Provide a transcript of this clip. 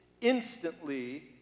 instantly